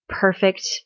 perfect